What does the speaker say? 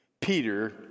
Peter